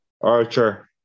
Archer